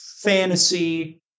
fantasy